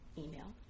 email